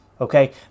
okay